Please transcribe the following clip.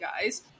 guys